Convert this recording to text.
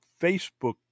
facebook